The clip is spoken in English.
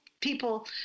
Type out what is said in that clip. people